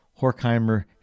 Horkheimer